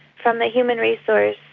from the human resource